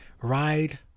ride